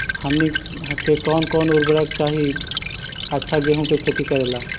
हमनी के कौन कौन उर्वरक चाही अच्छा गेंहू के खेती करेला?